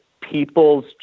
people's